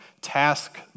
task